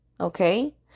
Okay